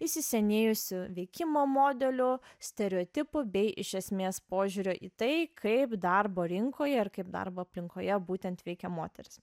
įsisenėjusių veikimo modelių stereotipų bei iš esmės požiūrio į tai kaip darbo rinkoje ir kaip darbo aplinkoje būtent veikia moterys